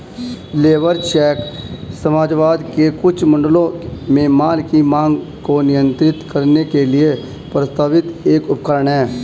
labour check समाजवाद के कुछ मॉडलों में माल की मांग को नियंत्रित करने के लिए प्रस्तावित एक उपकरण है